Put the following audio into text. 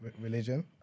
religion